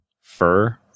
fur